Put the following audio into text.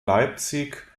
leipzig